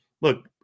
Look